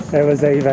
it was even,